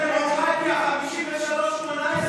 כל חייך עבדת בשביל זה, 22 שנה,